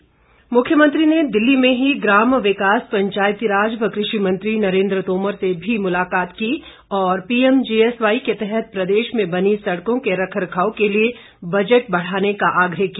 PMGSY मुख्यमंत्री ने दिल्ली में ही ग्राम विकास पंचायतीराज व कृषि मंत्री नरेन्द्र तोमर से भी मुलाकात की और पीएमजीएसवाई के तहत प्रदेश में बनी सड़कों के रख रखाव के लिए बजट बढ़ाने का आग्रह किया